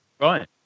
right